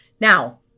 Now